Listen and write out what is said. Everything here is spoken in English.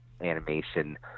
animation